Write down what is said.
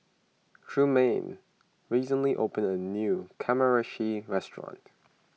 Trumaine recently opened a new Kamameshi restaurant